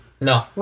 No